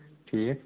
ٹھیٖک